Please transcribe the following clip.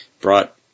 brought